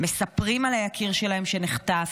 מספרים על היקיר שלהם שנחטף.